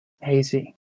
hazy